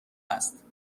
است